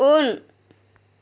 उन